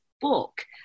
book